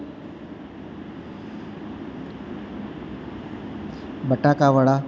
બટેટાવડાં